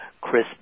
Chris